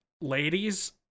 Ladies